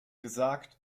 gesagt